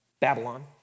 Babylon